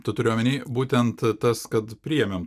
tu turi omeny būtent tas kad priėmėm